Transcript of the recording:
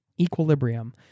equilibrium